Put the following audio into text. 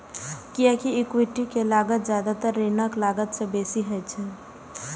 कियैकि इक्विटी के लागत जादेतर ऋणक लागत सं बेसी होइ छै